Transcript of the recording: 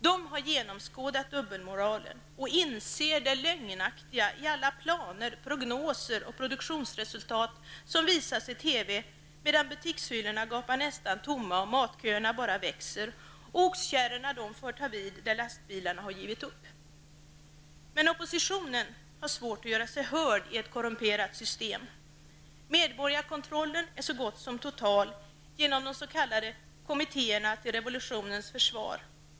De unga genomskådar dubbelmoralen och inser det lögnaktiga i alla planer, prognoser och produktionsresultat som visas i TV medan butikshyllorna gapar nästan tomma, matköerna bara växer och oxkärrorna får ta vid där lastbilarna har givit upp. Men oppositionen har svårt att göra sig hörd i ett korrumperat system. Medborgarkontrollen är så gott som total genom de s.k. kommittérna till revolutionens försvar.